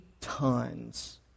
tons